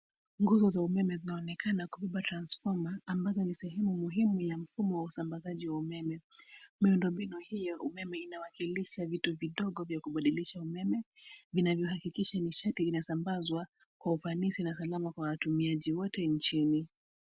Nguzo za umeme zinaonekana kubeba transfoma, ambazo ni sehemu muhimu ya mfumo wa usambazaji wa umeme. Miundombinu hii ya umeme inawakilisha vitu vidogo vya kubadilisha umeme, vinavyohakikisha nishati inasambazwa kwa ufanisi na salama kwa watumiaji wote nchini.